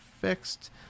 fixed